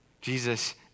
Jesus